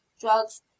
drugs